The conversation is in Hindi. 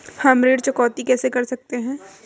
हम ऋण चुकौती कैसे कर सकते हैं?